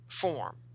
form